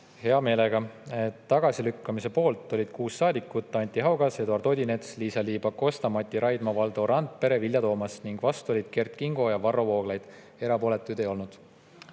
Hea meelega. Tagasilükkamise poolt oli 6 saadikut: Anti Haugas, Eduard Odinets, Liisa-Ly Pakosta, Mati Raidma, Valdo Randpere ja Vilja Toomast. Vastu olid Kert Kingo ja Varro Vooglaid, erapooletuid ei olnud.